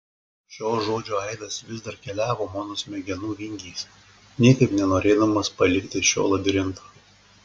šio žodžio aidas vis dar keliavo mano smegenų vingiais niekaip nenorėdamas palikti šio labirinto